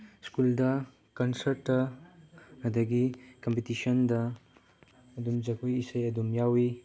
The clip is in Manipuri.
ꯁ꯭ꯀꯨꯜꯗ ꯀꯟꯁ꯭ꯔꯠꯇ ꯑꯗꯒꯤ ꯀꯝꯄꯤꯇꯤꯁꯟꯗ ꯑꯗꯨꯝ ꯖꯒꯣꯏ ꯏꯁꯩ ꯑꯗꯨꯝ ꯌꯥꯎꯏ